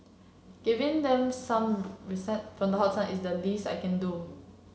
giving them some from the hot sun is the least I can do